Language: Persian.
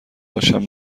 باشم